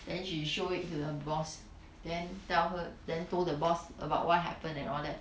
then she show it to the boss then tell her then told the boss about what happened and all that